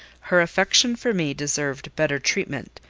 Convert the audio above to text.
her affection for me deserved better treatment,